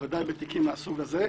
ודאי בתיקים מהסוג הזה.